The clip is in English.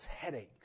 headaches